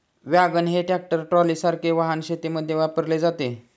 wagon हे tractor ट्रॉलीसारखे वाहन शेतीमध्ये वापरले जाते